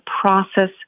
process